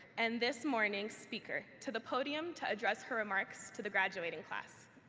and this morning's speaker, to the podium to address her remarks to the graduating class.